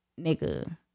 nigga